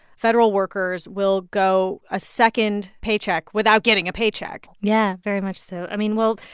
federal workers will go a second paycheck without getting a paycheck yeah, very much so. i mean, well,